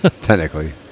Technically